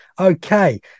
okay